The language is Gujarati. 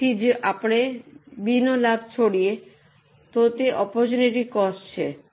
તેથી જો આપણે B નો લાભ છોડીએ તો તે આપર્ટૂનટી કોસ્ટ છે